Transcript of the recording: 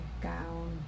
gown